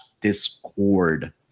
Discord